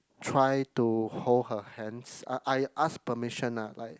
try to hold her hands I ask permission ah like